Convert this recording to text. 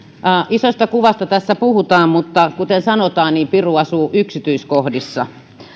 isosta kuvasta tässä puhutaan mutta kuten sanotaan piru asuu yksityiskohdissa